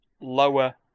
lower